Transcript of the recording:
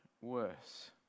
worse